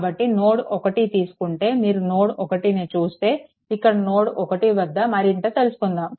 కాబట్టి నోడ్1 తీసుకుంటే మీరు నోడ్1ని చూస్తే ఇక్కడ నోడ్1 వద్ద మరింత తెలుసుకుందాము